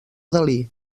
dalí